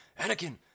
Anakin